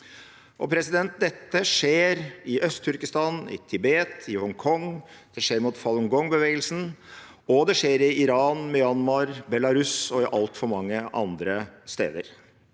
Dette skjer i Øst-Turkestan, i Tibet, i Hongkong. Det skjer mot Falun Gongbevegelsen, og det skjer i Iran, Myanmar, Belarus og altfor mange andre steder.